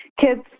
kids